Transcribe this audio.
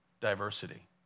diversity